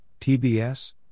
TBS